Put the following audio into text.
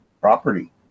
property